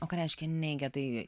o ką reiškia neigia tai